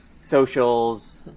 socials